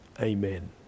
Amen